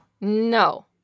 No